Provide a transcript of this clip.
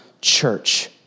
church